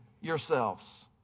yourselves